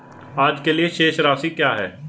आज के लिए शेष राशि क्या है?